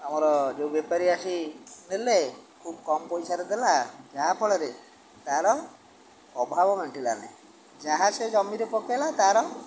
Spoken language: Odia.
ଆମର ଯେଉଁ ବେପାରୀ ଆସିି ନେଲେ ଖୁବ୍ କମ୍ ପଇସାରେ ଦେଲା ଯାହାଫଳରେ ତା'ର ଅଭାବ ମେଣ୍ଟିଲା ନାହିଁ ଯାହା ସେ ଜମିରେ ପକାଇଲା ତା'ର